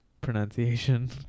pronunciation